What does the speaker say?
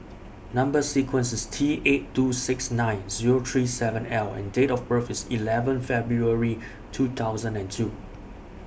Number sequence IS T eight two six nine Zero three seven L and Date of birth IS eleven February two thousand and two